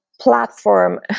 platform